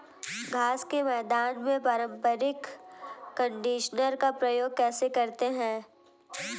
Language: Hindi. घास के मैदान में पारंपरिक कंडीशनर का प्रयोग कैसे करते हैं?